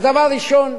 אז דבר ראשון: